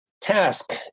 task